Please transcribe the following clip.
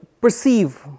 perceive